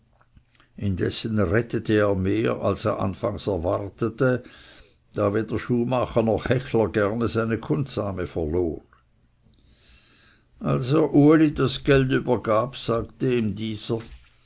indessen rettete er mehr als er anfangs erwartete da weder schuhmacher noch hechler gerne seine kundsame verlor als er uli das geld übergab sagte ihm dieser